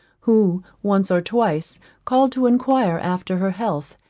who once or twice called to enquire after her health,